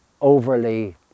overly